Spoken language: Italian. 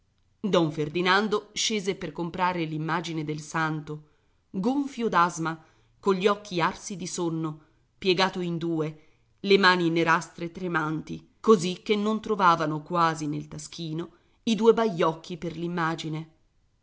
folla don ferdinando scese per comprare l'immagine del santo gonfio d'asma cogli occhi arsi di sonno piegato in due le mani nerastre tremanti così che non trovavano quasi nel taschino i due baiocchi per